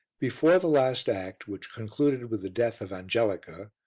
before the last act, which concluded with the death of angelica,